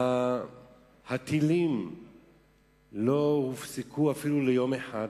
הטילים לא הופסקו אפילו ליום אחד.